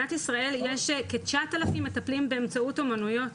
במדינת ישראל יש כתשעת אלפים מטפלים באמצעות אומנויות